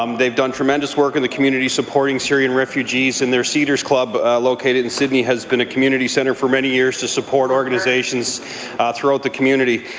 um they have done tremendous work in the community supporting syrian refugees in their cedars club, located in sydney, which has been a community centre for many years to support organizations ah throughout the community.